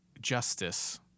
justice